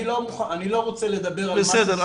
אני לא רוצה לדבר על משהו שה- -- בסדר.